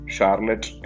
Charlotte